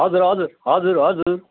हजुर हजुर हजुर हजुर